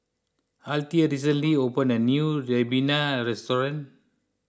Althea recently opened a new Ribena restaurant